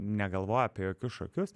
negalvoja apie jokius šokius